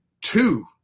two